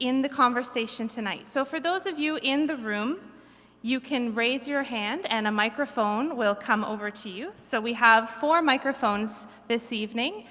in the conversation tonight. so for those of you in the room you can raise your hand and a microphone will come over to you. so we have four microphones this evening.